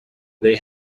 they